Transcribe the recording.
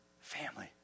family